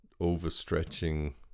overstretching